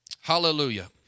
Hallelujah